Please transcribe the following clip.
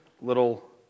little